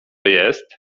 jest